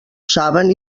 saben